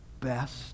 best